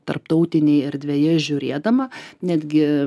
tarptautinėj erdvėje žiūrėdama netgi